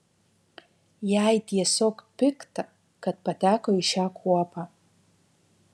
jai tiesiog pikta kad pateko į šią kuopą